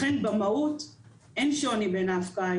לכן, במהות אין שוני בהפקעה.